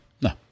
No